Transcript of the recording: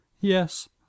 Yes